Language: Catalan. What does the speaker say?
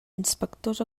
inspectors